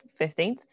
15th